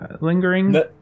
lingering